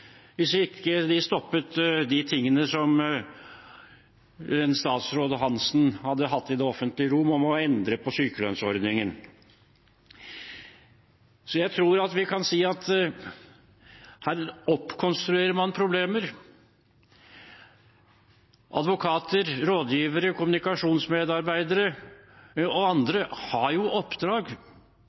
hvis de ikke stoppet det som statsråd Hansen hadde nevnt i det offentlige rom om å endre på sykelønnsordningen. Jeg tror vi kan si at man oppkonstruerer problemer her. Advokater, rådgivere, kommunikasjonsmedarbeidere og andre har jo oppdrag,